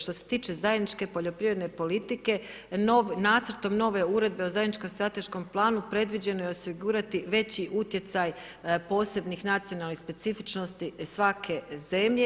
Što se tiče zajedničke poljoprivredne politike, nov, nacrtom nove Uredbe o zajedničkom strateškom planu predviđeno je osigurati veći utjecaj posebnih nacionalnih specifičnosti svake zemlje.